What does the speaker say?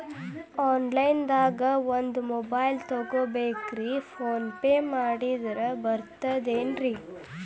Online ದಾಗ ಒಂದ್ mobile ತಗೋಬೇಕ್ರಿ ಫೋನ್ ಪೇ ಮಾಡಿದ್ರ ಬರ್ತಾದೇನ್ರಿ?